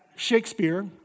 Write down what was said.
Shakespeare